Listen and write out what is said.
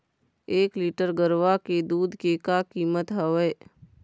एक लीटर गरवा के दूध के का कीमत हवए?